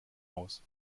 aus